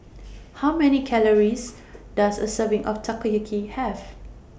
How Many Calories Does A Serving of Takoyaki Have